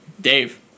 Dave